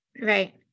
right